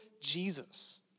Jesus